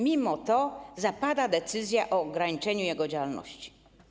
Mimo to zapada decyzja o ograniczeniu jego działalności.